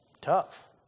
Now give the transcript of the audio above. tough